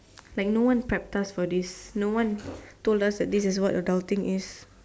like no one prepped us for this no one told us that this is what adulting is